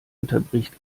unterbricht